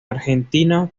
argentina